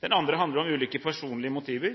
Den andre handler om